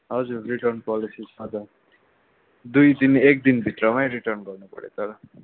हजुर return policy छ त दुई दिन एक दिनभित्रमै रिटर्न गर्नु पऱ्यो तर